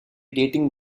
dating